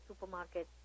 supermarket